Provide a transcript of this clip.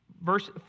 verse